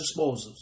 disposals